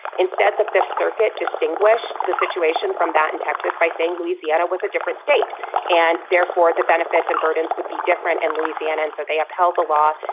instead, the fifth circuit distinguish the situation from that in texas by saying louisiana was a different state and therefore the benefits and burdens would be different in and louisiana. and so they upheld the law.